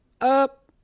up